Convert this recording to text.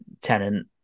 Tenant